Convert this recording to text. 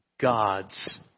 God's